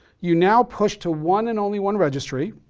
you now push to one and only one registry.